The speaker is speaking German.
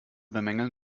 bemängeln